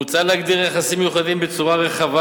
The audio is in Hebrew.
מוצע להגדיר "יחסים מיוחדים" בצורה רחבה,